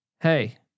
Hey